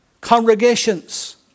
congregations